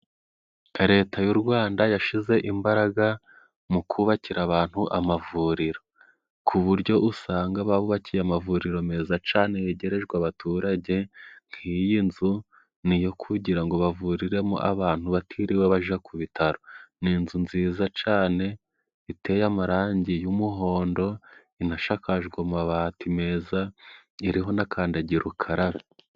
Leta y'u Rwanda yashize imbaraga mu kubakira abantu amavuriro, ku buryo usanga babubakiye amavuriro meza cane yegerejwe abaturage, nk'iyi nzu niyo kugira ngo bavuriremo abantu batiriwe baja ku bitaro, ni inzu nziza cane iteye amarangi y'umuhondo, inashakajwe amabati meza iriho n'akandagira ukarabe.